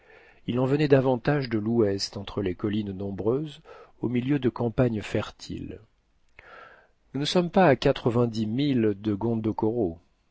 il en venait davantage de l'ouest entre les collines nombreuses au milieu de campagnes fertiles nous ne sommes pas à